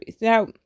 Now